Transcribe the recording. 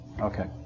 Okay